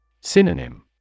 Synonym